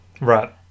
Right